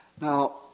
Now